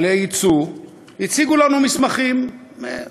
היצוא, הציגו לנו מסמכים, התאחדות,